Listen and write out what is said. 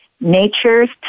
Nature's